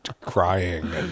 crying